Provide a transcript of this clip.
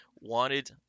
wanted